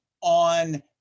on